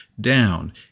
down